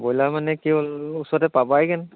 broiler মানে কি হ'ল ওচৰতে পাবাই হেন